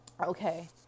okay